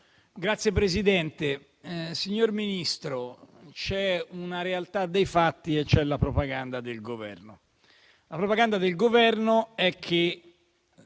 *(IV-C-RE)*. Signor Ministro, c'è una realtà dei fatti e c'è la propaganda del Governo. La propaganda del Governo è che